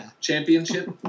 championship